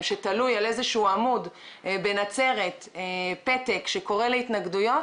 שתלוי על איזה עמוד בנצרת פתק שקורא להתנגדויות